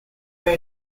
bred